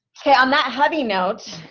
okay, on that heavy note,